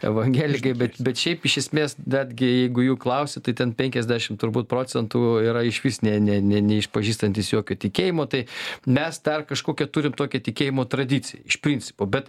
evangelikai bet bet šiaip iš esmės netgi jeigu jūs klausi tai ten penkiasdešim turbūt procentų yra išvis ne ne ne neišpažįstantys jokio tikėjimo tai mes tą kažkokią turim tokią tikėjimo tradiciją iš principo bet